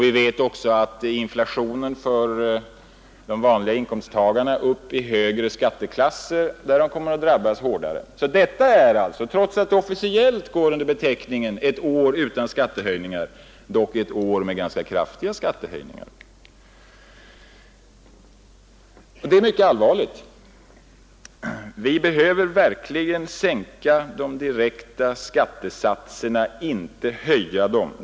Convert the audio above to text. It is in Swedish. Vi vet också att inflationen för upp de vanliga inkomsttagarna i högre skatteklasser, där de kommer att drabbas hårdare. Trots att detta officiellt går under beteckningen ”ett år utan skattehöjningar” är det ett år med ganska kraftiga skattehöjningar, och det är mycket allvarligt. Vi behöver verkligen sänka de direkta skattesatserna, och inte höja dem.